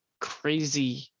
crazy